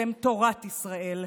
בשם תורת ישראל.